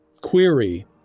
query